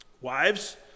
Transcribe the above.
Wives